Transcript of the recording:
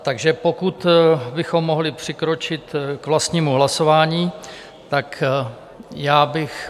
Takže pokud bychom mohli přikročit k vlastnímu hlasování, tak já bych...